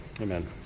Amen